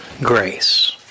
Grace